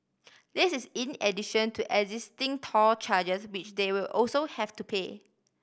this is in addition to existing toll charges which they will also have to pay